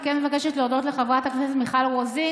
אני כן מבקשת להודות לחברת הכנסת מיכל רוזין.